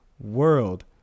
world